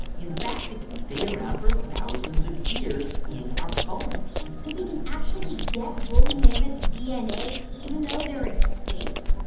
in fact, it can stay around for thousands of years in our bones so we can actually get woolly mammoth dna even though they're extinct?